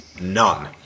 None